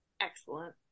excellent